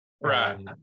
right